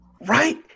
right